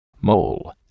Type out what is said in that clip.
Mole